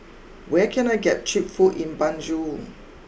where can I get cheap food in Banjul